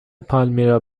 پالمیرا